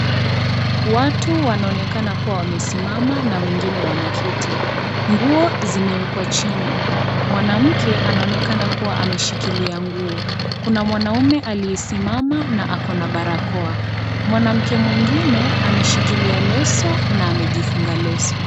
Watu wanaonekana kuwa wamesimama na wengine wanaketi. Nguo zimewekwa chini. Mwanamke anaonekana kuwa amemshikilia nguo. Kuna mwanaume aliyesimama na ako na barakoa. Mwanamke mwingine, ameshikilia leso na amejifunga leso.